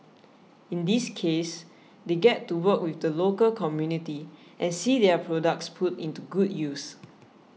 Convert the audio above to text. in this case they get to work with the local community and see their products put into good use